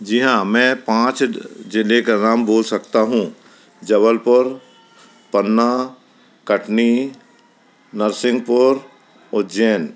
जी हाँ मैं पाँच ज़िलों का नाम बोल सकता हूँ जबलपुर पन्ना कटनी नरसिंगपुर उज्जैन